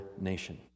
nation